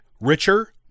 richer